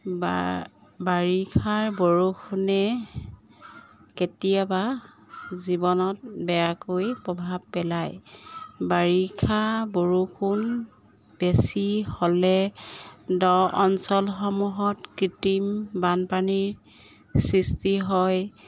বা বাৰিষাৰ বৰষুণে কেতিয়াবা জীৱনত বেয়াকৈ প্ৰভাৱ পেলায় বাৰিষা বৰষুণ বেছি হ'লে দ অঞ্চলসমূহত কৃত্ৰিম বানপানীৰ সৃষ্টি হয়